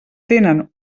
tenen